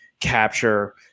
capture